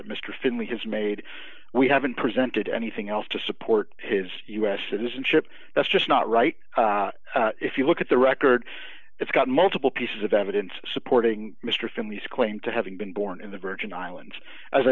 finlay has made we haven't presented anything else to support his us citizenship that's just not right if you look at the record it's got multiple pieces of evidence supporting mr family's claim to having been born in the virgin islands as